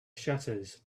shutters